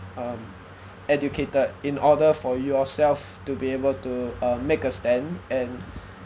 um educated in order for yourself to be able to uh make a stand and